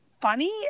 funny